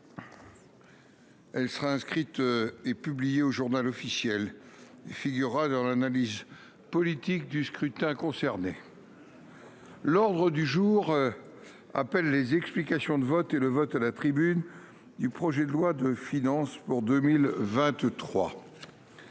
Elle sera inscrite et publié au Journal officiel. Figurera dans l'analyse politique du scrutin concernait. L'ordre du jour. Appelle les explications de vote et le vote à la tribune. Du projet de loi de finances pour 2023.